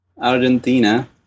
Argentina